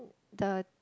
the